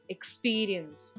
Experience